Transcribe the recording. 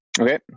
Okay